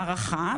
הערכה,